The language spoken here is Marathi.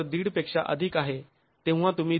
५ पेक्षा अधिक आहे तेव्हा तुम्ही १